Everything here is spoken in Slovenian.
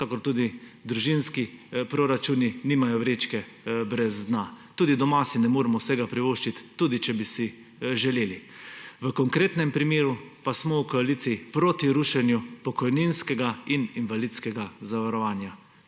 kakor tudi družinski proračuni nimajo vrečke brez dna. Tudi doma si ne moremo vsega privoščiti, tudi če bi si želeli. V konkretnem primeru pa smo v koaliciji proti rušenju pokojninskega in invalidskega zavarovanja.